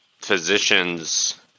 physician's